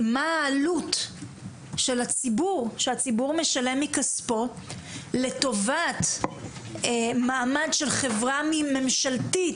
מה העלות שהציבור משלם מכספו לטובת מעמד של חברה ממשלתית,